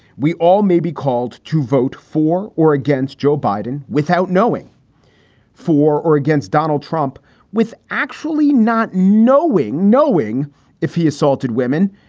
we all may be called to vote for or against joe biden without knowing for or against donald trump with actually not knowing, knowing if he assaulted women,